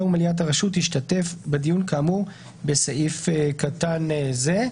יושב-ראש מליאת הרשות ישתתף בדיון כאמור בסעיף קטן זה."